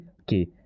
okay